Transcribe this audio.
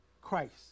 Christ